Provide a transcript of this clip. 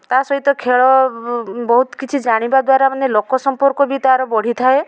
ତା'ସହିତ ଖେଳ ବହୁତ କିଛି ଜାଣିବା ଦ୍ଵାରା ମାନେ ଲୋକ ସମ୍ପର୍କ ବି ତା'ର ବଢ଼ିଥାଏ